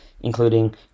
including